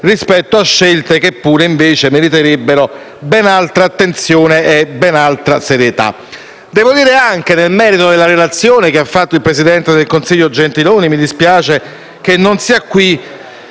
rispetto a scelte che invece meriterebbero ben altra attenzione e ben altra serietà. Devo dire anche, nel merito della relazione fatta dal presidente del Consiglio Gentiloni Silveri ( mi spiace che non sia qui),